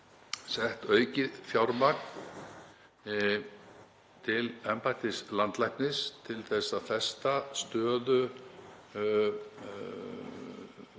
sett aukið fjármagn til embættis landlæknis til að festa stöðu